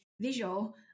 visual